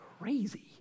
crazy